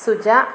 Suja